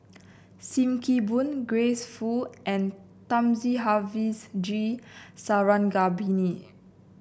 Sim Kee Boon Grace Fu and Thamizhavel G Sarangapani